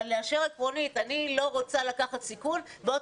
לאשר עקרונית כי אני לא רוצה לקחת סיכון כי בעוד